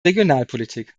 regionalpolitik